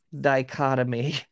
dichotomy